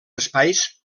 espais